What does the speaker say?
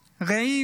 רעים,